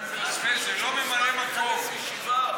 זה לא ממלא מקום,